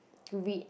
to read